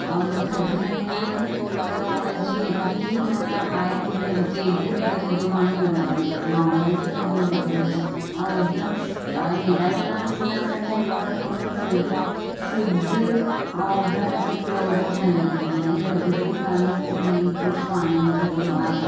अऊं अगरि थधि में वेंदा आहियूं त उन्हनि जी एतिरी ई माना आहे की भई उते हिकदमु हेॾो थधो पाणी न लॻंदो आहे नॉर्मल सो थधो ई लॻंदो आहे ऐं हिकदमु हेॾा ॼणा बि सनानु कंदा आहिनि वॉटरफॉल में फिर बि शुद्ध ऐं हिकदमु ऐसे हिकदमु प्योर ई जल लॻंदो आहे इअं लॻंदो ई कोन्हे कि भई पाणीअ जो एॾो आहे